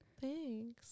Thanks